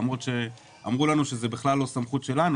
למרות שאמרו לנו שזה בכלל לא סמכות שלנו.